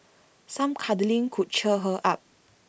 some cuddling could cheer her up